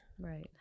Right